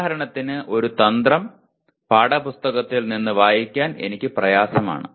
ഉദാഹരണത്തിന് ഒരു തന്ത്രം പാഠപുസ്തകത്തിൽ നിന്ന് വായിക്കാൻ എനിക്ക് പ്രയാസമാണ്